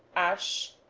s